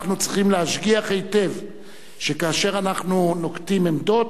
אנחנו צריכים להשגיח היטב שכאשר אנחנו נוקטים עמדות,